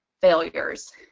failures